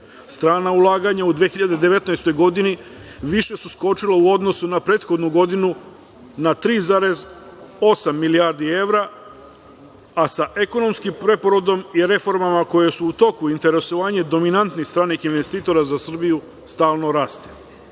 Strana ulaganja u 2019. godini više su skočila u odnosu na prethodnu godinu na 3,8 milijardi evra, a sa ekonomskim preporodom i reformama koje su u toku, interesovanje dominantnih stranih investitora za Srbiju stalno raste. Većina